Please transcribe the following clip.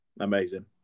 Amazing